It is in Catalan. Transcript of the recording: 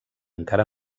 encara